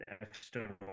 external